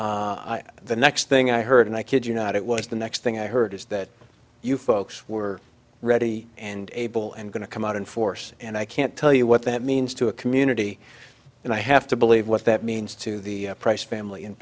disruption the next thing i heard and i kid you not it was the next thing i heard is that you folks were ready and able and going to come out in force and i can't tell you what that means to a community and i have to believe what that means to the price family in